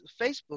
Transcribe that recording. Facebook